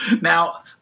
Now